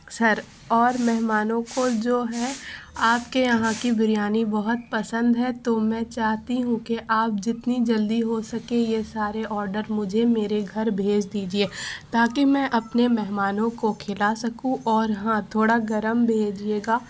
سر اور مہمانوں کو جو ہے آپ کے یہاں کی بریانی بہت پسند ہے تو میں چاہتی ہوں کہ آپ جتنی جلدی ہو سکے یہ سارے آڈر مجھے میرے گھر بھیج دیجیے تاکہ میں اپنے مہمانوں کو کھلا سکوں اور ہاں تھوڑا گرم بھیجیے گا